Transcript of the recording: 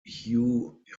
hugh